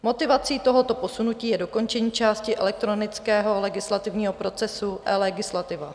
Motivací tohoto posunutí je dokončení části elektronického legislativního procesu eLegislativa.